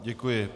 Děkuji.